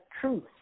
truth